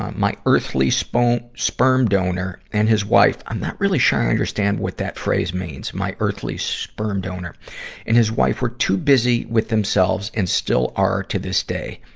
um my earthly sperm um sperm donor and his wife i'm not really sure what that phrase means, my earthly sperm donor and his wife were too busy with themselves and still are to this day.